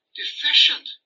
deficient